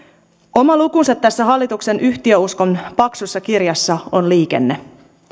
oma lukunsa tässä hallituksen yhtiöuskon paksussa kirjassa on liikenne